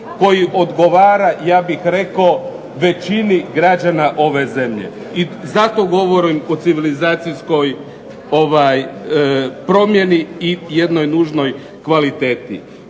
koji odgovara ja bih rekao većini građana ove zemlje. I zato govorim o civilizacijskoj promjeni i jednoj nužnoj kvaliteti.